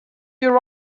your